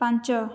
ପାଞ୍ଚ